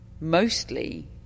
mostly